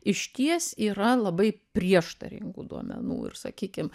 išties yra labai prieštaringų duomenų ir sakykim